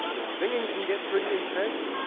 the singing can get pretty intense